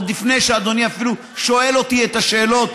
עוד לפני שאדוני אפילו שואל אותי השאלות,